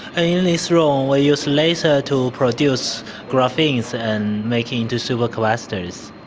and in this room we use laser to produce graphene and make it into super capacitors.